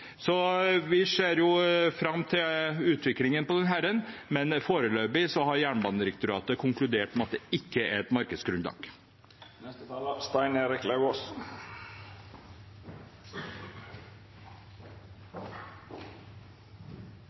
Vi ser fram til utviklingen her, men foreløpig har Jernbanedirektoratet konkludert med at det ikke er et